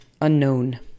unknown